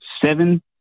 seven